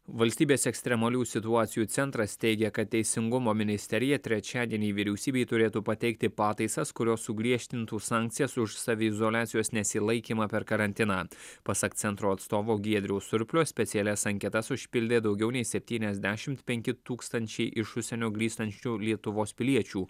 valstybės ekstremalių situacijų centras teigia kad teisingumo ministerija trečiadienį vyriausybei turėtų pateikti pataisas kurios sugriežtintų sankcijas už saviizoliacijos nesilaikymą per karantiną pasak centro atstovo giedriaus surplio specialias anketas užpildė daugiau nei septyniasdešimt penki tūkstančiai iš užsienio grįžtančių lietuvos piliečių